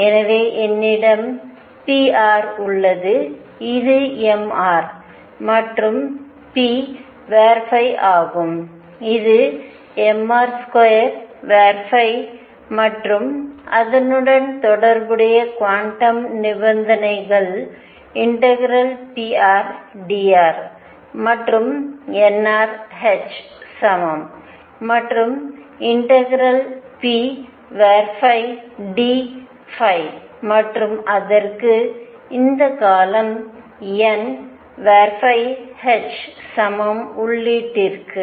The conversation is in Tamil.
எனவே என்னிடம் pr உள்ளது இது mr மற்றும் p ஆகும் இது mr2 மற்றும் அதனுடன் தொடர்புடைய குவாண்டம் நிபந்தனைகள்∫prdr மற்றும் nr h சமம் மற்றும் ∫pdϕ மற்றும் அதற்கு இந்த காலம்nh சமம் உள்ளீட்டிற்கு